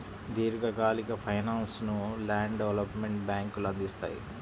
దీర్ఘకాలిక ఫైనాన్స్ను land development బ్యేంకులు అందిత్తాయి